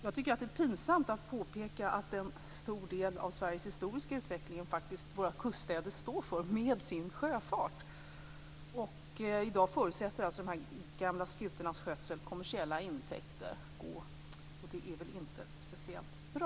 Jag tycker att det är pinsamt att påpeka att våra kuststäder med sin sjöfart står för en stor del av Sveriges historiska utveckling. I dag förutsätter de gamla skutornas skötsel kommersiella intäkter, och det är inte speciellt bra.